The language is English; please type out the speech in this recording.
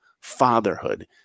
fatherhood